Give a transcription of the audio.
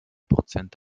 prozent